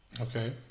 Okay